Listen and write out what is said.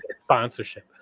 sponsorship